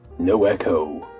no echo,